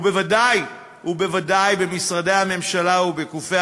בוודאי ובוודאי במשרדי הממשלה ובגופי